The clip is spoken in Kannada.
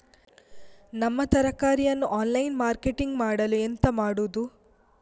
ನಮ್ಮ ತರಕಾರಿಯನ್ನು ಆನ್ಲೈನ್ ಮಾರ್ಕೆಟಿಂಗ್ ಮಾಡಲು ಎಂತ ಮಾಡುದು?